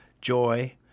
joy